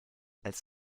als